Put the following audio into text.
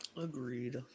Agreed